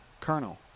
colonel